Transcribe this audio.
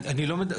לא.